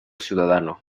ciudadano